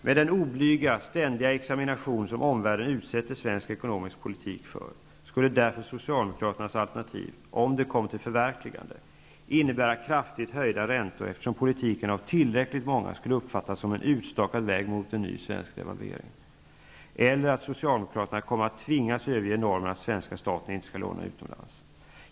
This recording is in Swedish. Med den oblyga, ständiga examination som omvärdlden utsätter svensk ekonomisk politik för skulle därför Socialdemokraternas alternativ -- om det kom till förverkligande -- innebära kraftigt höjda räntor, eftersom politiken av tillräckligt många skulle uppfattas som en utstakad väg mot en ny svensk devalvering, eller att Socialdemokraterna kommer att tvingas överge normen att svenska staten inte skall låna utomlands.